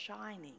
shining